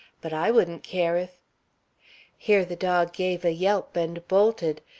but i wouldn't care if here the dog gave a yelp and bolted.